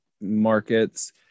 markets